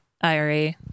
IRA